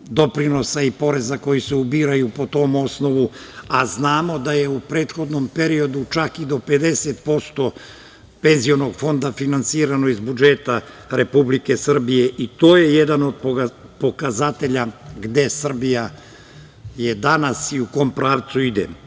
doprinosa i poreza koji se ubiraju po tom osnovu, a znamo da je u prethodnom periodu čak i do 50% penzionog fonda, finansirano iz budžeta Republike Srbije i to je jedan od pokazatelja gde je Srbija danas i u kom pravcu ide.